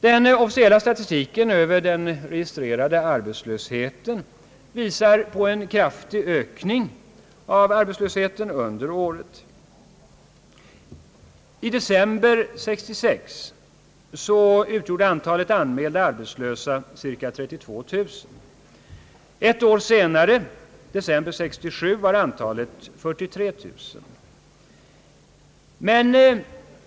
Den officiella statistiken över den registrerade arbetslösheten visar på en kraftig ökning av arbetslösheten under året. I december 1966 utgjorde antalet anmäl da arbetslösa cirka 32000. Ett år senare, i december 1967, var antalet 43 000.